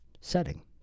setting